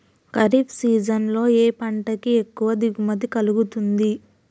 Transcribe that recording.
Kharif season లో ఏ పంట కి ఎక్కువ దిగుమతి కలుగుతుంది?